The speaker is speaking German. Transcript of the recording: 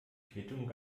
quittung